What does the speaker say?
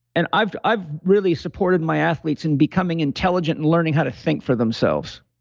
and i've i've really supported my athletes in becoming intelligent and learning how to think for themselves.